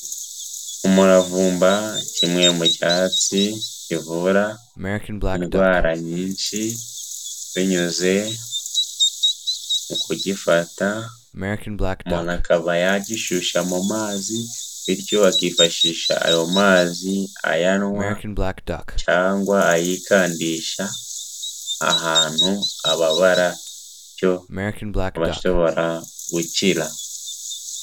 Umuravumba, kimwe mu cyatsi kivura indwara nyinshi binyuze mu kugifata, umuntu akaba yagishyushya mu mazi bityo akifashisha ayo mazi, ayanywa cyangwa ayikandisha ahantu ababara bityo akaba ashobora gukira.